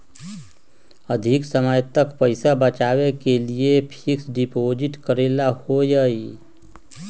अधिक समय तक पईसा बचाव के लिए फिक्स डिपॉजिट करेला होयई?